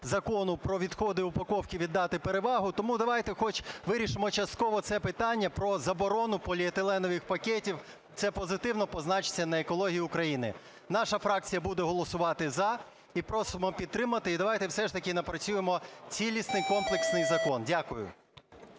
закону про відходи упаковки віддати перевагу, – тому давайте хоч вирішимо частково це питання про заборону поліетиленових пакетів. Це позитивно позначиться на екології України. Наша фракція буде голосувати "за" і просимо підтримати. І давайте все ж таки напрацюємо цілісний комплексний закон. Дякую.